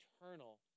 eternal